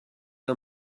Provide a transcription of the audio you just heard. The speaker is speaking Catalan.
que